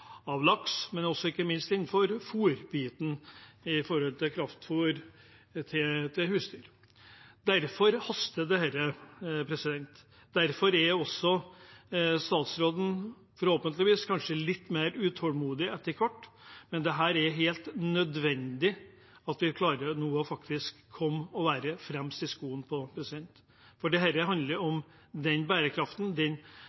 innenfor fôr i form av kraftfôr til husdyr. Derfor haster dette. Derfor er også statsråden forhåpentligvis litt mer utålmodig etter hvert, men det er helt nødvendig at vi nå klarer å faktisk være fremst i skoene på dette. Dette handler om den bærekraften og det